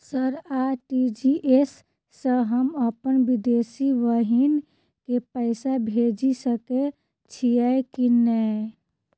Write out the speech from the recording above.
Sir RTGS सँ हम अप्पन विदेशी बहिन केँ पैसा भेजि सकै छियै की नै?